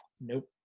Nope